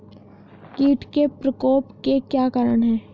कीट के प्रकोप के क्या कारण हैं?